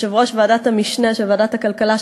יושב-ראש ועדת המשנה של ועדת הכלכלה,